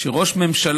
לכך שראש ממשלה,